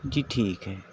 جی ٹھیک ہے